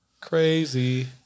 Crazy